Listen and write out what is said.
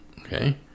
Okay